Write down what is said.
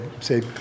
say